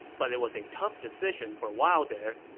but it was a tough decision for a while there.